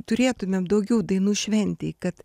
turėtumėm daugiau dainų šventėj kad